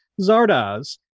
zardoz